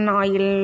oil